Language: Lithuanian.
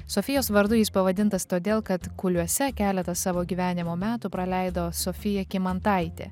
sofijos vardu jis pavadintas todėl kad kuliuose keletą savo gyvenimo metų praleido sofija kymantaitė